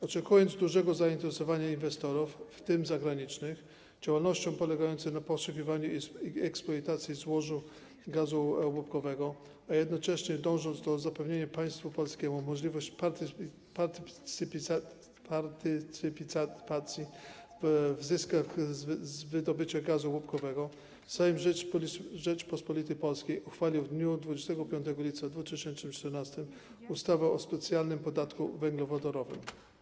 Oczekując dużego zainteresowania inwestorów, w tym zagranicznych, działalnością polegającą na poszukiwaniu i eksploatacji złoża gazu łupkowego, a jednocześnie dążąc do zapewnienia państwu polskiemu możliwości partycypacji w zyskach z wydobycia gazu łupkowego, Sejm Rzeczypospolitej Polskiej uchwalił w dniu 25 lipca 2014 r. ustawę o specjalnym podatku węglowodorowym.